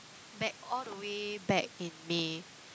back all the way back in May